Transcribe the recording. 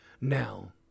now